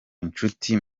inshuti